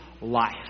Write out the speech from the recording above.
life